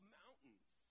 mountains